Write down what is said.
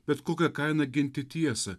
bet kokia kaina ginti tiesą